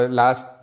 last